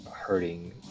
hurting